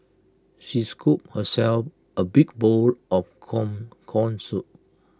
she scooped herself A big bowl of corn Corn Soup